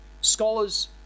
scholars